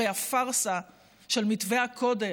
הרי הפארסה של מתווה הכותל,